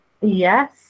yes